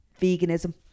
Veganism